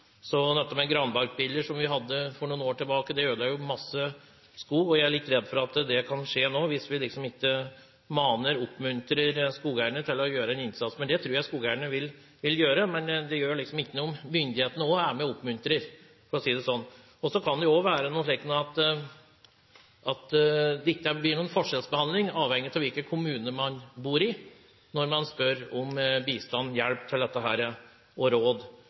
skje nå også hvis vi ikke maner og oppmuntrer skogeierne til å gjøre en innsats. Det tror jeg skogeierne vil gjøre, men det gjør ikke noe om myndighetene også er med og oppmuntrer, for å si det slik. Så må det ikke bli noen forskjellsbehandling avhengig av hvilken kommune man bor i når man spør om bistand, hjelp og råd. Nå er det fem års ligning på skogeiendommer, men i spesielle situasjoner kan en søke om å få ti års ligning. Jeg håper statsråden er positiv med hensyn til